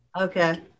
Okay